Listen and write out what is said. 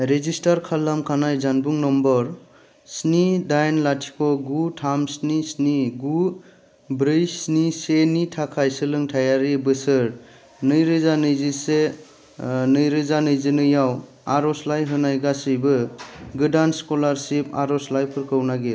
register खालामखानाय जानबुं number स्नि दाइन लाथिख' गु थाम स्नि स्नि गु ब्रै स्नि से नि थाखाय सोलोंथायारि बोसोर नैरोजा नैजिसे नैरोजा नैजिनैआव आर'जलाइ होनाय गासिबो गोदान स्कलारशिप आर'जलाइफोरखौ नागिर